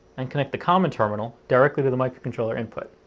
and connect the common terminal directly to the microcontroller input.